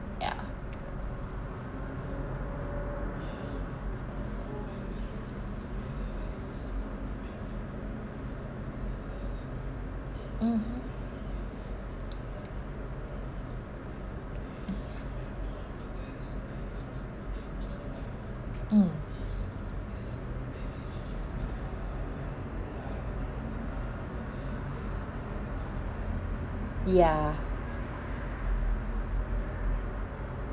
ya mmhmm mm ya